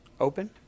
open